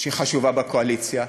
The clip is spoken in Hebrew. חשובה בקואליציה,